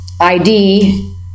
ID